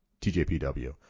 TJPW